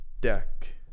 deck